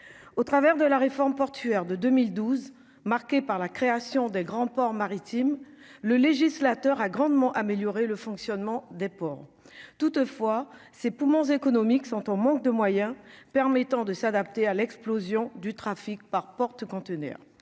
au travers de la réforme portuaire de 2012 marquée par la création des grands ports maritimes, le législateur a grandement améliorer le fonctionnement des ports toutefois ses poumons économiques sont en manque de moyens permettant de s'adapter à l'explosion du trafic par porte-containers